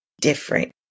different